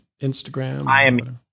Instagram